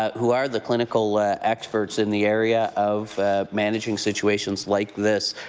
who are the clinical experts in the area of managing situations like this.